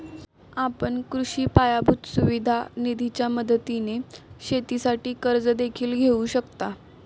आपण कृषी पायाभूत सुविधा निधीच्या मदतीने शेतीसाठी कर्ज देखील घेऊ शकता